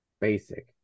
Basic